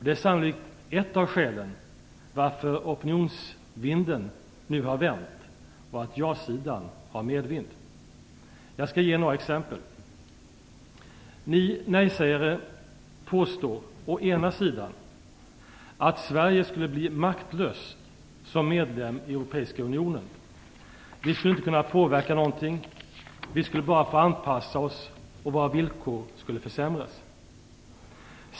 Det är sannolikt ett av skälen till varför opinionsvinden nu har vänt och ja-sidan har medvind. Jag skall ge några exempel. Ni nej-sägare påstår å ena sidan att Sverige skulle bli maktlöst som medlem i Europeiska unionen. Vi skulle inte kunna påverka någonting. Vi skulle bara få anpassa oss, och våra villkor skulle försämras.